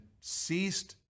ceased